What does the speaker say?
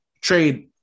trade